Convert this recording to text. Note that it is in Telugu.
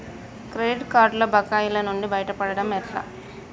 క్రెడిట్ కార్డుల బకాయిల నుండి బయటపడటం ఎట్లా?